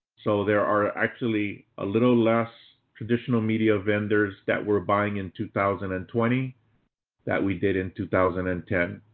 so there are actually a little less traditional media vendors that were buying in two thousand and twenty that we did in two thousand and ten.